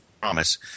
promise